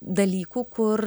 dalykų kur